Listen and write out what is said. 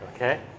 Okay